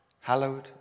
hallowed